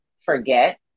forget